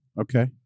Okay